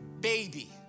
baby